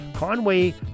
Conway